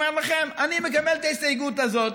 אומר לכם: אני מקבל את ההסתייגות הזאת.